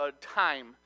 time